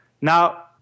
Now